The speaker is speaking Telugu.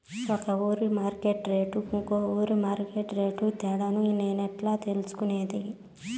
ఒక ఊరి మార్కెట్ రేట్లు ఇంకో ఊరి మార్కెట్ రేట్లు తేడాను నేను ఎట్లా తెలుసుకునేది?